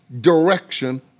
direction